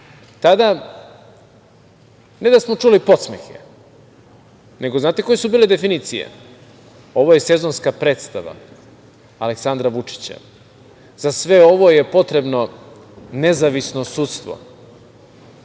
tada ne da smo čuli podsmehe, nego znate koje su bile definicije - ovo je sezonska predstava, Aleksandra Vučića. Za sve ovo je potrebno nezavisno sudstvo. Evo,